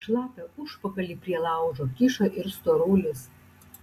šlapią užpakalį prie laužo kiša ir storulis